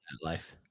life